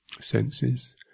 senses